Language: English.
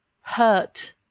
hurt